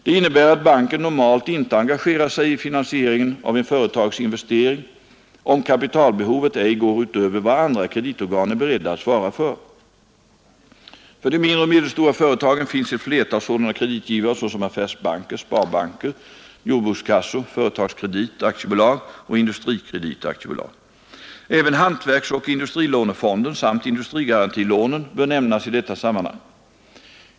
Det innebär att banken normalt inte engagerar sig i finansieringen av en företagsinvestering, om kapitalbehovet ej går utöver vad andra kreditorgan är beredda att svara för. För de mindre och medelstora företagen finns ett flertal sådana kreditgivare, såsom affärsbanker, sparbanker, jordbrukskassor, Företagskredit AB och Industrikredit AB. Även hantverksoch industrilånefonden samt industrigarantilånen bör nämnas i detta sammanhang.